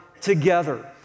together